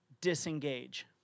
disengage